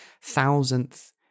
thousandth